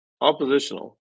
oppositional